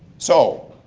so,